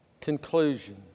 conclusion